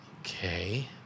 Okay